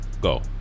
Go